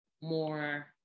more